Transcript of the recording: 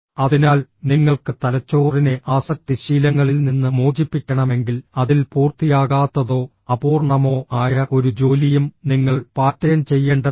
അതിനാൽ നിങ്ങൾക്ക് തലച്ചോറിനെ ആസക്തി ശീലങ്ങളിൽ നിന്ന് മോചിപ്പിക്കണമെങ്കിൽ അതിൽ പൂർത്തിയാകാത്തതോ അപൂർണ്ണമോ ആയ ഒരു ജോലിയും നിങ്ങൾ പാറ്റേൺ ചെയ്യേണ്ടതില്ല